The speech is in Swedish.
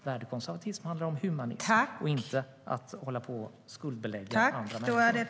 Värdekonservatism handlar om humanism och inte att man ska hålla på och skuldbelägga andra människor.